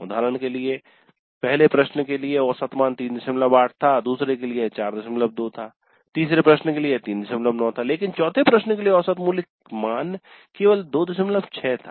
उदाहरण के लिए पहले प्रश्न के लिए औसत मान 38 था दूसरे के लिए यह 42 था तीसरे प्रश्न के लिए यह 39 था लेकिन चौथे प्रश्न के लिए औसत मान केवल 26 था